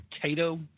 potato